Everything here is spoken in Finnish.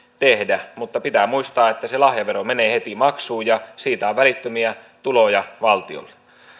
tehdä mutta pitää muistaa että se lahjavero menee heti maksuun ja siitä on välittömiä tuloja valtiolle